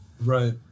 Right